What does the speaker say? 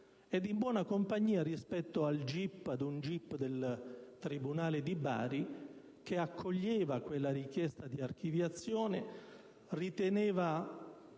in buona compagnia, inoltre, rispetto ad un GIP del tribunale di Bari che accoglieva quella richiesta di archiviazione, riteneva